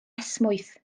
esmwyth